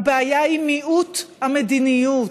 הבעיה היא מיעוט המדיניות,